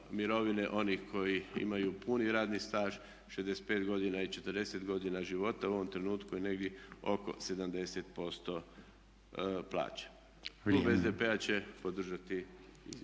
onih koji imaju puni radni staž 65 godina i 40 godina života u ovom trenutku je negdje oko 70% plaća. Klub SDP-a će podržati izvješće.